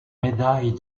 médaille